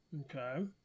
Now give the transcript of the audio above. okay